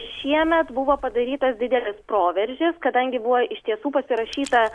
šiemet buvo padarytas didelis proveržis kadangi buvo iš tiesų pasirašyta